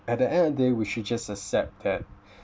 at the end of day we should just accept that